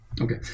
Okay